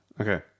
Okay